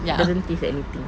doesn't taste anything